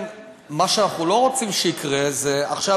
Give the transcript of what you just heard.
מה שאנחנו לא רוצים שיקרה זה שעכשיו,